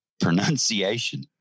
Pronunciation